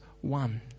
one